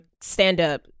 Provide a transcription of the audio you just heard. stand-up